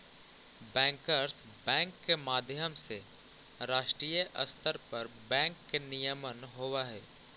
bankers bank के माध्यम से राष्ट्रीय स्तर पर बैंक के नियमन होवऽ हइ